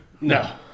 No